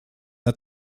l’a